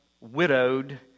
widowed